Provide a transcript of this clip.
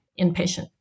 inpatient